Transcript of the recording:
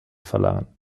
verlangen